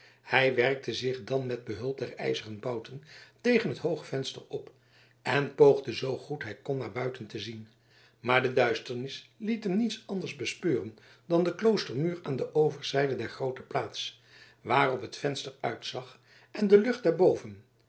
hij werkte zich dan met behulp der ijzeren bouten tegen het hooge venster op en poogde zoogoed hij kon naar buiten te zien maar de duisternis liet hem niets anders bespeuren dan den kloostermuur aan de overzijde der groote plaats waarop het venster uitzag en de lucht